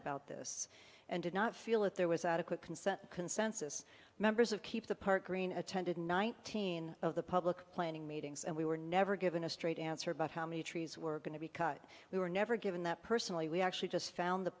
about this and did not feel that there was adequate concern consensus members of keep the park green attended nineteen of the public planning meetings and we were never given a straight answer about how many trees were going to be cut we were never given that personally we actually just found the